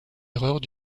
erreurs